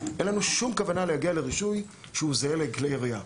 אין לנו שום כוונה להגיע לרישוי שהוא זהה לכלי ירייה.